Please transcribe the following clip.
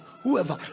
whoever